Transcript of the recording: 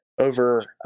over